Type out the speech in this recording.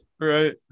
Right